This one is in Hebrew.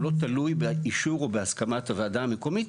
הוא לא תלוי באישור או בהסכמת הוועדה המקומית